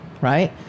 right